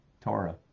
Torah